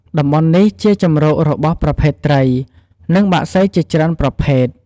តំបន់នេះជាជម្រករបស់ប្រភេទត្រី និងបក្សីជាច្រើនប្រភេទ។